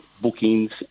bookings